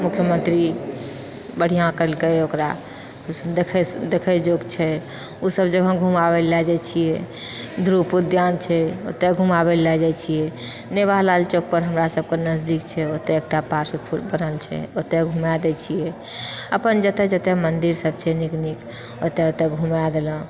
मुख्यमन्त्री बढ़िया करलकै ओकरा देखै देखै जोग छै ऊ सब जगह घुमाबै लऽ लए जाइ छियै ध्रुप उद्यान छै ओतय घुमाबै लऽ लए जाइ छियै नेभालाल चौकपर हमरा सबकऽ नजदीक छै ओतय एकटा पार्क बनल छै ओतय घुमाय दै छियै अपन जतय जतय मन्दिर सब छै नीक नीक ओतय ओतय घुमाय देलौं